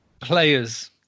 players